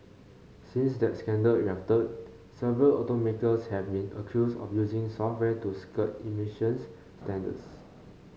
since that scandal erupted several automakers have been accused of using software to skirt emissions standards